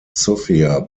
sofia